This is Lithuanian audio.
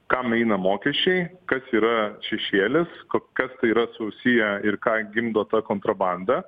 kam eina mokesčiai kas yra šešėlis ko kas tai yra susiję ir ką gimdo ta kontrabanda